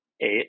eight